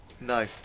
No